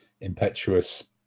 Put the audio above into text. impetuous